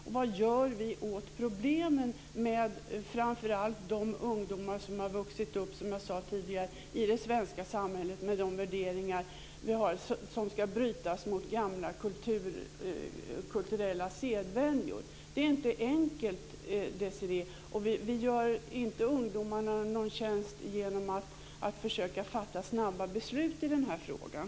Och vad gör vi åt problemen med framför allt de ungdomar som har vuxit upp i det svenska samhället med de värderingar som vi har och som ska brytas mot gamla kulturella sedvänjor? Det är inte enkelt, Desirée Pethrus Engström. Och vi gör inte ungdomarna någon tjänst genom att snabbt försöka fatta beslut i den här frågan.